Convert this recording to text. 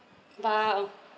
but